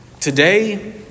Today